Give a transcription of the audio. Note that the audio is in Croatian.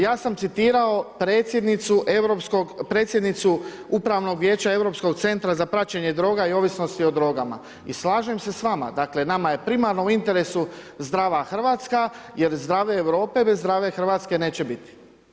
Ja sam citirao predsjednicu upravnog vijeća Europskog centra za praćenje droga i ovisnosti o drogama i slažem se s vama, dakle nama je primarno u interesu zdrava Hrvatska jer zdravlje Europe bez zdrave Hrvatske neće biti.